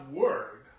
word